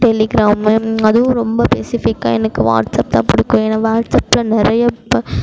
Telegram அதுவும் ரொம்ப ஸ்பெசிஃபிக்காக எனக்கு வாட்ஸ்அப் தான் பிடிக்கும் ஏன்னால் வாட்ஸ்அப்பில் நிறையா இப்போ